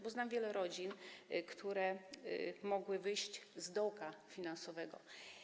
Bo znam wiele rodzin, które mogły wyjść z dołka finansowego.